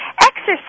Exercise